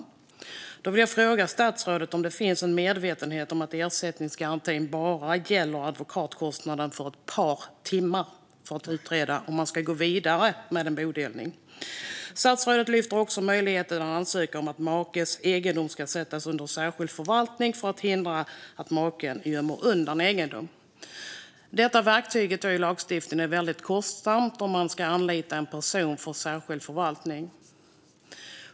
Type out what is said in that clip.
Jag vill fråga statsrådet om det finns en medvetenhet om att ersättningsgarantin bara gäller advokatkostnaden för ett par timmar för att utreda om man ska gå vidare med en bodelning. Statsrådet lyfter också fram möjligheten att ansöka om att makes egendom ska sättas under särskild förvaltning för att hindra att maken gömmer undan egendom. Detta verktyg, som finns i lagstiftningen, är väldigt kostsamt då man ska anlita en person för särskild förvaltning.